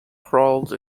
crawled